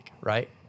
right